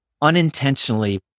unintentionally